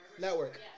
Network